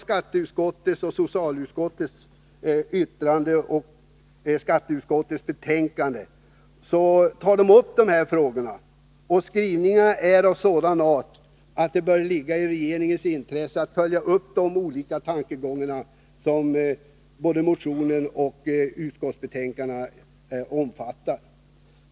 Skatteutskottets betänkande och socialutskottets yttrande tar upp dessa frågor, och skrivningarna är av sådan art att det bör ligga i regeringens intresse att följa upp de olika tankegångar som både motionen och 143 utskottsbetänkandet omfattar.